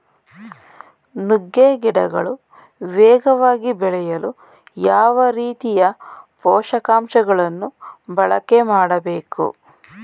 ನುಗ್ಗೆ ಗಿಡಗಳು ವೇಗವಾಗಿ ಬೆಳೆಯಲು ಯಾವ ರೀತಿಯ ಪೋಷಕಾಂಶಗಳನ್ನು ಬಳಕೆ ಮಾಡಬೇಕು?